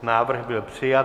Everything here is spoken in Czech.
Návrh byl přijat.